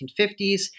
1950s